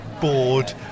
bored